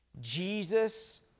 Jesus